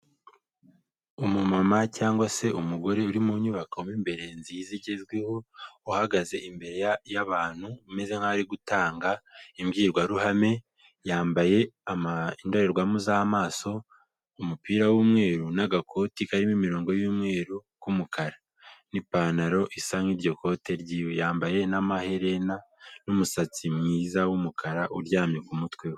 Umumama cyangwa se umugore uri mu nyubako mu imbere nziza igezweho, uhagaze imbere y'abantu umeze nkaho ari gutanga imbwirwaruhame, yambaye indorerwamo z'amaso, umupira w'umweru n'agakoti karimo imirongo y'umweru k'umukara n'ipantaro isa nk'iryo kote ry'iwe, yambaye n'amaherena n'umusatsi mwiza w'umukara uryamye ku mutwe we.